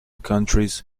countries